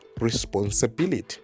responsibility